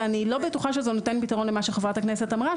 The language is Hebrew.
ואני לא בטוחה שזה נותן פתרון למה שחברת הכנסת אמרה,